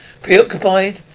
preoccupied